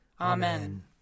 Amen